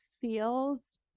feels